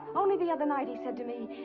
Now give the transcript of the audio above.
only the other night he said to me,